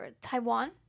Taiwan